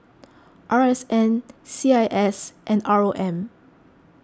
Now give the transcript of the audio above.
R S N C I S and R O M